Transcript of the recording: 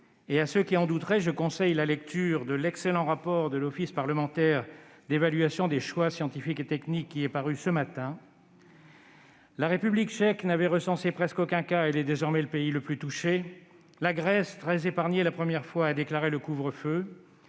et à ceux qui en douteraient je conseille la lecture de l'excellent rapport de l'Office parlementaire d'évaluation des choix scientifiques et technologiques qui est paru ce matin. La République tchèque n'avait recensé presque aucun cas ; elle est désormais le pays le plus touché. La Grèce, très épargnée la première fois, a déclaré le couvre-feu.